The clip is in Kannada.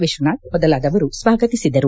ವಿಶ್ವನಾಥ್ ಮೊದಲಾದರು ಸ್ವಾಗತಿಸಿದರು